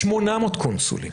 800 קונסולים.